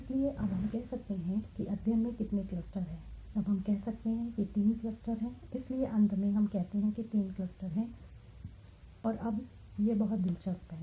इसलिए अब हम कह सकते हैं कि अध्ययन में कितने क्लस्टर हैं अब हम कह सकते हैं कि तीन क्लस्टर हैं इसलिए अंत में हम कहते हैं कि तीन क्लस्टर हैं और अब यह बहुत दिलचस्प है